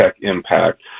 impact